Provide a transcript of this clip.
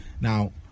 Now